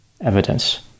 evidence